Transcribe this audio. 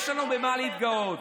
יש לנו במה להתגאות.